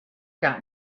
got